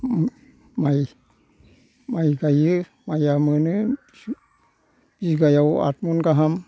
माइ गायो माइया मोनो बिगायाव आतमन गाहाम